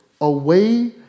away